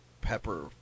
pepper